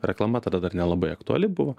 reklama tada dar nelabai aktuali buvo